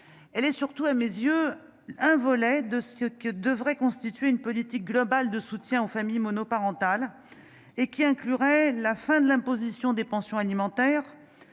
elle est surtout à mes yeux un volet de ce que devrait constituer une politique globale de soutien aux familles monoparentales et qui inclurait la fin de l'imposition des pensions alimentaires